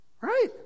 Right